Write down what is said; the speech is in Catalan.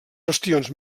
bastions